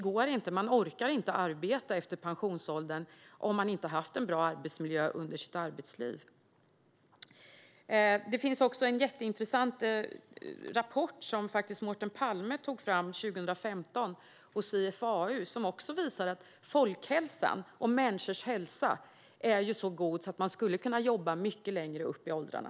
Man orkar inte arbeta efter pensionsåldern om man inte har haft en bra arbetsmiljö under sitt arbetsliv. Det finns också en jätteintressant rapport som Mårten Palme tog fram 2015 hos IFAU, och den visade att folkhälsan och människors hälsa är så god att man skulle kunna jobba mycket längre upp i åldrarna.